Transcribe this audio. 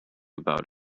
about